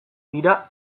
dira